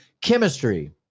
chemistry